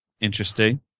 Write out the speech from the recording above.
interesting